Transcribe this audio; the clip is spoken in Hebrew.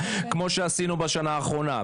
כמו שעשינו בשנה האחרונה.